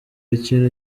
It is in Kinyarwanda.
ikintu